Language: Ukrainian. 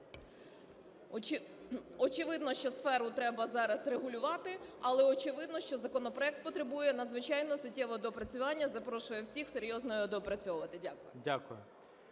Очевидно, що сферу треба зараз регулювати. Але очевидно, що законопроект потребує надзвичайно суттєвого доопрацювання. Запрошую всіх серйозно його доопрацьовувати. Дякую.